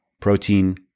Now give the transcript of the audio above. protein